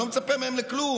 אני לא מצפה מהם לכלום,